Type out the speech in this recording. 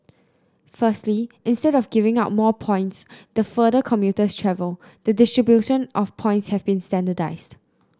firstly instead of giving out more points the further commuter travel the distribution of points have been standardised